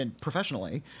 professionally